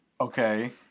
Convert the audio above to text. Okay